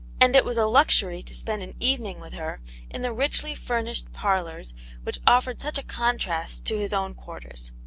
and it was a luxury to spend an evening with her in the richly furnished parlours which offered such a contrast to his own quarters.